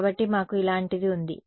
కాబట్టి మాకు ఇలాంటిది ఉంది